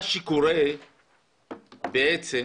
בעצם